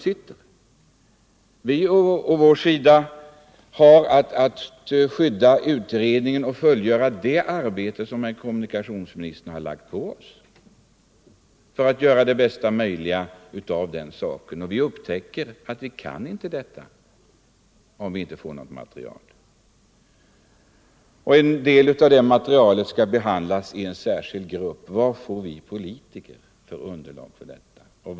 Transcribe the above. Vi å vår sida har att tillvarata utredningens intressen och fullgöra det arbete som kommunikationsministern har ålagt oss, men vi upptäcker att vi inte klarar den uppgiften om vi inte får något material. En del av detta material skall behandlas i en särskild grupp, men vad får vi politiker för underlag för vårt arbete?